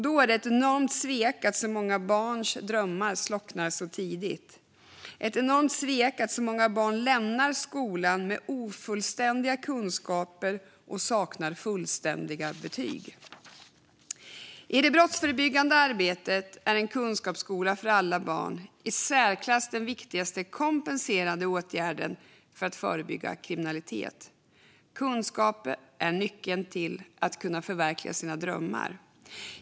Då är det ett enormt svek att så många barns drömmar slocknar så tidigt. Det är ett enormt svek att så många barn lämnar skolan med ofullständiga kunskaper och saknar fullständiga betyg. I det brottsförebyggande arbetet är en kunskapsskola för alla barn den i särklass viktigaste kompenserande åtgärden för att förebygga kriminalitet. Kunskap är nyckeln till att kunna förverkliga sina drömmar.